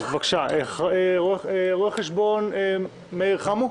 רואה חשבון מאור חמו.